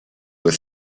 were